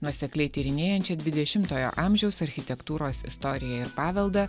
nuosekliai tyrinėjančią dvidešimtojo amžiaus architektūros istoriją ir paveldą